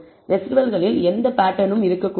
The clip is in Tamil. ரெஸிடுவல்களில் எந்த பேட்டர்ன் னும் இருக்கக்கூடாது